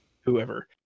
whoever